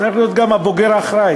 צריך להיות גם הבוגר האחראי,